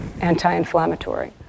anti-inflammatory